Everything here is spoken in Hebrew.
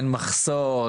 אין מחסור,